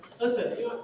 Listen